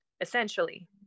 essentially